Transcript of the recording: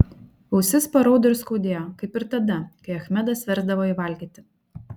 ausis paraudo ir skaudėjo kaip ir tada kai achmedas versdavo jį valgyti